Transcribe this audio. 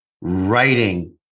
writing